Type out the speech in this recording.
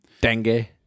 Dengue